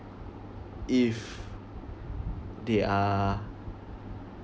if they are